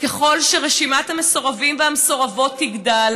ככל שרשימת המסורבים והמסורבות תגדל,